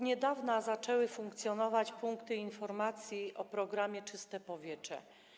Niedawno zaczęły funkcjonować punkty informacji o programie „Czyste powietrze”